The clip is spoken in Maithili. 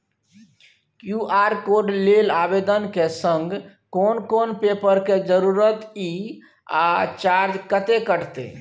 क्यू.आर कोड लेल आवेदन के संग कोन कोन पेपर के जरूरत इ आ चार्ज कत्ते कटते?